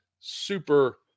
super